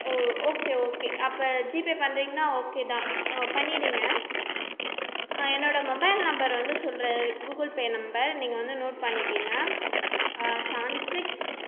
ஓ okay okay அப்போ GPay பண்றீங்கன்னா okay தான் பண்ணிவிடுங்க என்னோடய மொபைல் நம்பர் வந்து சொல்கிறேன் கூகுள் பே நம்பர் நீங்கள் வந்து நோட் பண்ணிக்கோங்க சவன் சிக்ஸ்